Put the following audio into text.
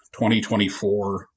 2024